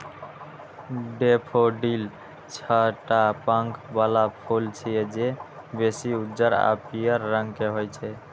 daffodil छह टा पंख बला फूल छियै, जे बेसी उज्जर आ पीयर रंग के होइ छै